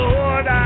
Lord